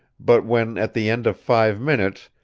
but when, at the end of five minutes,